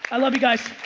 i love you guys.